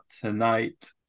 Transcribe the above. tonight